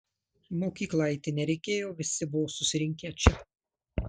į mokyklą eiti nereikėjo visi buvo susirinkę čia